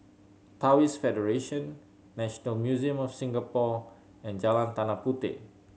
Taoist Federation National Museum of Singapore and Jalan Tanah Puteh